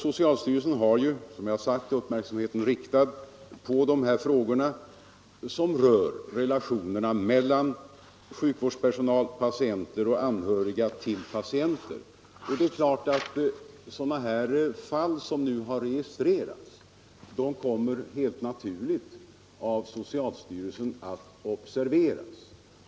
Socialstyrelsen har, som jag har sagt, uppmärksamheten riktad på frågor som rör relationer mellan sjukvårdspersonal, patienter och anhöriga till patienter. Sådana fall som har registrerats kommer helt naturligt av socialstyrelsen att observeras.